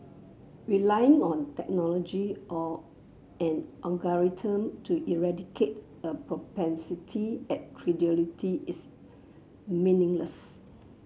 relying on technology or an algorithm to eradicate a propensity at credulity is meaningless